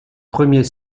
premier